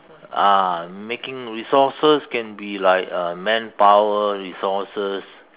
ah making resources can be like uh manpower resources